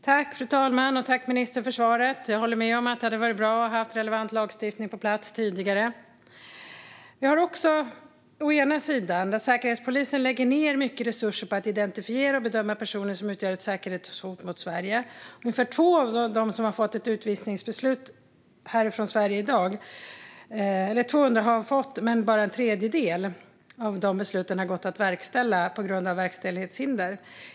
Fru talman! Jag tackar ministern för svaret. Jag håller med om att det hade varit bra att ha relevant lagstiftning på plats tidigare. Å ena sidan lägger Säkerhetspolisen ned mycket resurser på att identifiera och bedöma personer som utgör ett säkerhetshot mot Sverige. Ungefär 200 personer har fått ett utvisningsbeslut, men bara en tredjedel av dessa beslut har gått att verkställa på grund av verkställighetshinder.